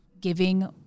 giving